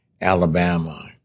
Alabama